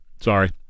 Sorry